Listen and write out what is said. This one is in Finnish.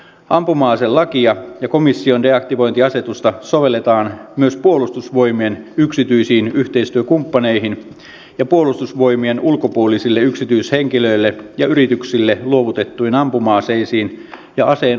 ampuma aselakia ja komission deaktivointiasetusta sovelletaan myös puolustusvoimien yksityisiin yhteistyökumppaneihin ja puolustusvoimien ulkopuolisille yksityishenkilöille ja yrityksille luovutettuihin ampuma aseisiin ja aseen osiin